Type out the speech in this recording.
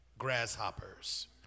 grasshoppers